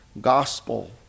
gospel